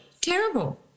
Terrible